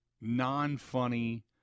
non-funny